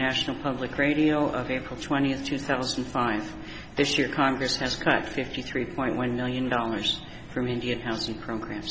national public radio of april twentieth two thousand and five this year congress has cut fifty three point one million dollars from indian housing program